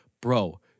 bro